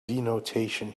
detonation